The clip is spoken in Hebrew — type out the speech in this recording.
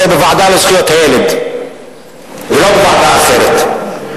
זה בוועדה לזכויות הילד ולא בוועדה אחרת.